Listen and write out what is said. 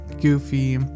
goofy